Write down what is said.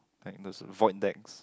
and those with void decks